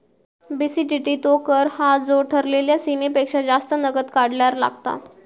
BCTT तो कर हा जो ठरलेल्या सीमेपेक्षा जास्त नगद काढल्यार लागता